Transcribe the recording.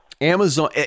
Amazon